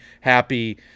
happy